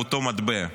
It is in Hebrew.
באותו מטבע.